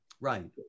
Right